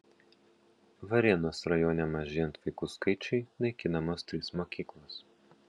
varėnos rajone mažėjant vaikų skaičiui naikinamos trys mokyklos